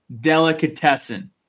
delicatessen